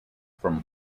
from